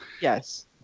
Yes